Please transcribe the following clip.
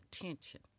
attention